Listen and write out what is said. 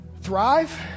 Thrive